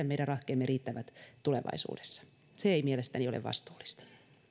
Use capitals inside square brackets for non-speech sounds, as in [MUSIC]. [UNINTELLIGIBLE] meidän rahkeemme riittävät tulevaisuudessa se ei mielestäni ole vastuullista